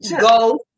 Go